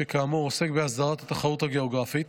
שכאמור עוסק בהסדרת התחרות הגיאוגרפית